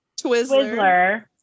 Twizzler